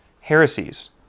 heresies